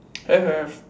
have have